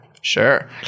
sure